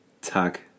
Tag